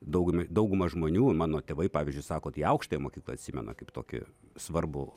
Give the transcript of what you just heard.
daugumai dauguma žmonių mano tėvai pavyzdžiui sako kad jie aukštąją mokyklą atsimena kaip tokį svarbų